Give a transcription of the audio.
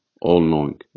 all-knowing